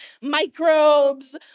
microbes